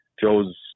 Joe's